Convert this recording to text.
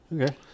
Okay